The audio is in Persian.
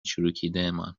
چروکیدهمان